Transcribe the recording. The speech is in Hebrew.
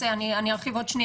ארחיב.